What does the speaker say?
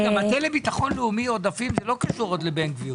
מטה לביטחון לאומי, עודפים, זה לא קשור לבן גביר.